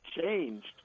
changed